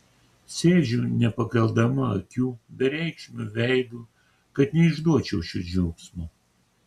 sėdžiu nepakeldama akių bereikšmiu veidu kad neišduočiau šio džiaugsmo